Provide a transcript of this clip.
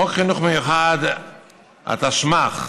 חוק חינוך מיוחד, התשמ"ח,